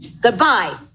Goodbye